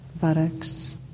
buttocks